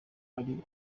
ari